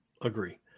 Agree